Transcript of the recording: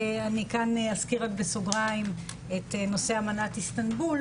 אני כאן אזכיר בסוגריים את נושא אמנת איסטנבול,